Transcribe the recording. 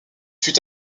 fut